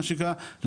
מה שנקרא,